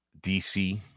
DC